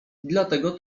dlatego